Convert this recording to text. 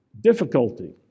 difficulty